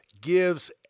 gives